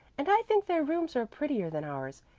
and i think their rooms are prettier than ours,